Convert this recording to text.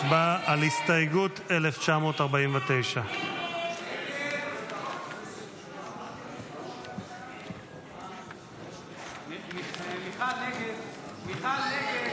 הצבעה על הסתייגות 1949. בבקשה.